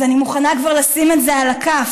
אז אני מוכנה כבר לשים את זה על הכף,